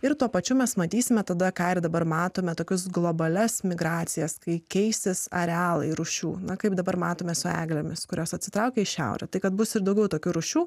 ir tuo pačiu mes matysime tada ką ir dabar matome tokius globalias migracijas kai keisis arealai rūšių na kaip dabar matome su eglėmis kurios atsitraukia į šiaurę tai kad bus ir daugiau tokių rūšių